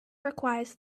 requires